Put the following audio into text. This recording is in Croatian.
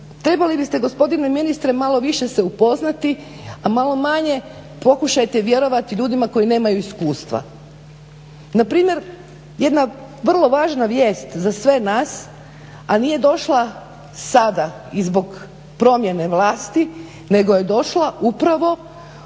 Trebali biste gospodine ministre malo više se upoznati, a malo manje pokušajte vjerovati ljudima koji nemaju iskustva. Na primjer jedna vrlo važna vijest za sve nas, a nije došla sada i zbog promjene vlasti nego je došla upravo